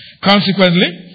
Consequently